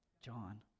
John